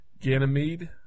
Ganymede